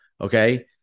Okay